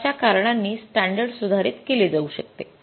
तर अशा कारणांनी स्टॅंडर्ड सुधारित केले जाऊ शकते